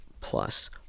plus